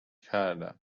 کردم